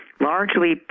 largely